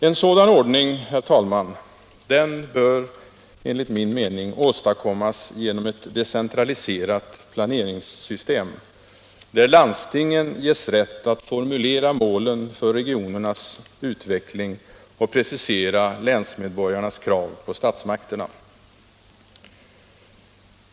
En sådan ordning herr talman, bör enligt min mening åstadkommas genom ett decentraliserat planeringssystem, där landstingen ges rätt att formulera målen för regionernas utveckling och precisera länsmedborgarnas krav på statsmakterna.